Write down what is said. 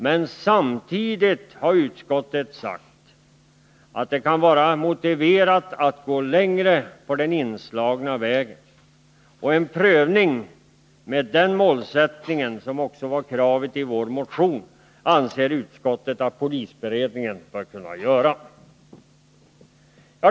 Men samtidigt har utskottet ansett att det kan vara motiverat att gå längre på den inslagna vägen. En prövning med den målsättningen, som också var kravet i vår motion, anser utskottet att polisberedningen bör kunna göra.